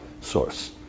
source